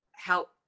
help